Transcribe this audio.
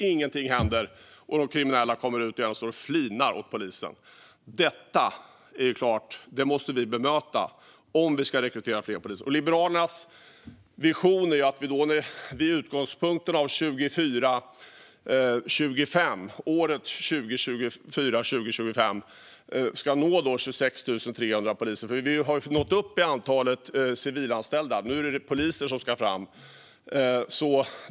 Ingenting händer, och de kriminella kommer ut igen och står och flinar åt polisen. Det är klart att vi måste bemöta detta om vi ska rekrytera fler poliser. Liberalernas vision är att vi vid årsskiftet av 2024/25 ska nå 26 300 poliser. Vi har nått antalet civilanställda. Nu är det poliser som ska fram.